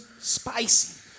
spicy